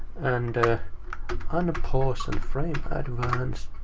and unpause, and frame advance,